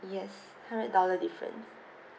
yes hundred dollar different